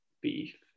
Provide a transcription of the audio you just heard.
beef